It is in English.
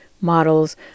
models